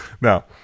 Now